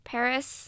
Paris